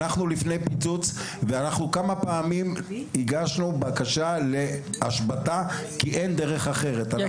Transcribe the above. אנחנו לפני פיצוץ ואנחנו כמה פעמים הגשנו בקשה להשבתה כי אין דרך אחרת.